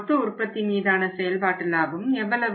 மொத்த உற்பத்தி மீதான செயல்பாட்டு லாபம் எவ்வளவு